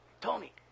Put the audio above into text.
Tony